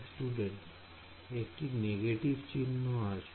Student একটি negative চিহ্ন আসবে